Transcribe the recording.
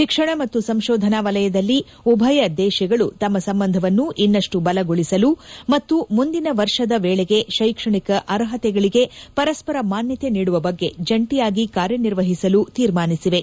ಶಿಕ್ಷಣ ಮತ್ತು ಸಂಶೋಧನಾ ವಲಯದಲ್ಲಿ ಉಭಯ ದೇಶಗಳು ತಮ್ಮ ಸಂಬಂಧವನ್ನು ಇನ್ನಷ್ಟು ಬಲಗೊಳಿಸಲು ಮತ್ತು ಮುಂದಿನ ವರ್ಷದ ವೇಳೆಗೆ ಶೈಕ್ಷಣಿಕ ಅರ್ಹತೆಗಳಿಗೆ ಪರಸ್ಸರ ಮಾನ್ಯತೆ ನೀಡುವ ಬಗ್ಗೆ ಜಂಟಿಯಾಗಿ ಕಾರ್ಯನಿರ್ವಹಿಸಲು ತೀರ್ಮಾನಿಸಿವೆ